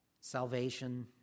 Salvation